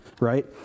right